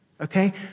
okay